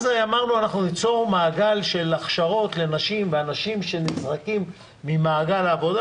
אז אמרנו שניצור מעגל הכשרות לאנשים שנזרקים ממעגל העבודה